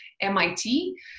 MIT